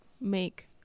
make